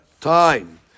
time